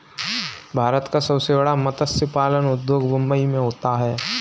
भारत का सबसे बड़ा मत्स्य पालन उद्योग मुंबई मैं होता है